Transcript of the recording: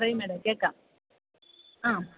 പറയൂ മേഡം കേൾക്കാം ആ